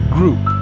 Group